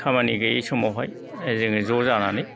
खामानि गैयै समावहाय जोङो ज' जानानै